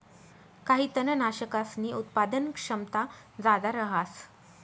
काही तननाशकसनी उत्पादन क्षमता जादा रहास